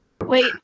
Wait